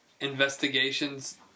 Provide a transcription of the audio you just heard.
investigations